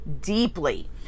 Deeply